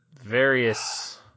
Various